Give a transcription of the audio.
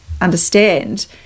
understand